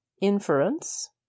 inference